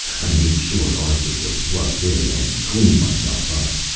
i made sure arthur was plugged in and cleaned myself up.